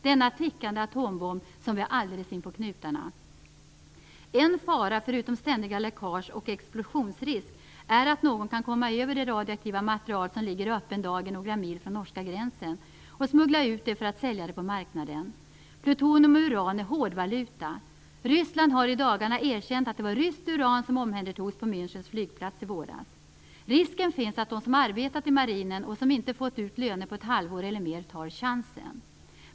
Det är en tickande atombomb som vi har alldeles inpå knutarna. En fara, utöver ständiga läckage och risk för explosion, är att någon kan komma över det radioaktiva material som ligger i öppen dager några mil från norska gränsen, smuggla ut det och sälja det på marknaden. Plutonium och uran är hårdvaluta. Ryssland har i dagarna erkänt att det var ryskt uran som omhändertogs på Münchens flygplats i våras. Risken finns att de som arbetat inom marinen och som inte fått ut lön på ett halvår eller mer tar chansen.